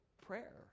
prayer